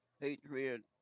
Patriot